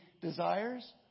desires